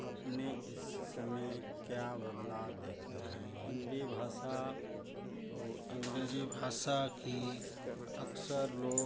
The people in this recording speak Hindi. अपने इसमें क्या बदलाव देखे हैं हिन्दी भाषा और अँग्रेजी भाषा की अक्सर लोग